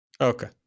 Okay